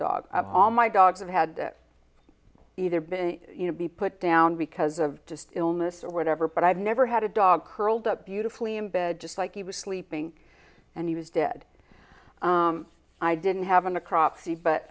dog all my dogs have had either been you know be put down because of just illness or whatever but i've never had a dog curled up beautifully in bed just like he was sleeping and he was dead i didn't have a crop see but